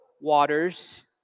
waters